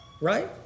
Right